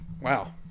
wow